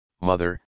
mother